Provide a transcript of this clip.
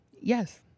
Yes